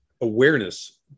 awareness